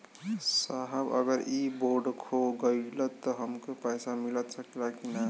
साहब अगर इ बोडखो गईलतऽ हमके पैसा मिल सकेला की ना?